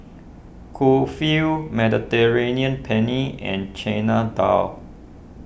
Kulfi Mediterranean Penne and Chana Dal